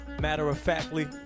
matter-of-factly